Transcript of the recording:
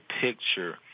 picture